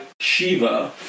Shiva